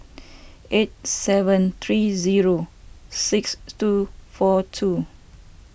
eight seven three zero six two four two